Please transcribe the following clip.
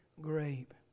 grape